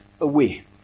away